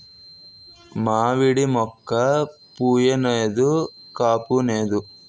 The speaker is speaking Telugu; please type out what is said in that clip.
మావిడి మోక్క పుయ్ నేదు కాపూనేదు